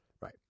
Right